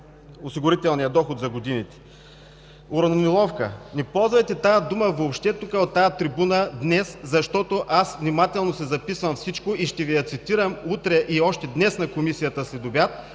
осигурителния доход за годините. „Уравновиловка“. Не ползвайте тази дума въобще от тази трибуна днес, защото аз внимателно си записвам всичко и ще Ви я цитирам утре или още днес на заседанието